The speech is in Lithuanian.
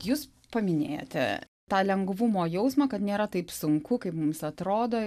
jūs paminėjote tą lengvumo jausmą kad nėra taip sunku kaip mums atrodo